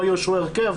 לא יאושר הרכב,